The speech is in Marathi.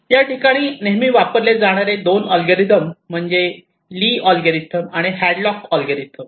याठिकाणी नेहमी वापरले जाणारे दोन अल्गोरिदम म्हणजे ली Lee's अल्गोरिदम आणि हॅडलॉक Hadlock's अल्गोरिदम